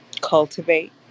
cultivate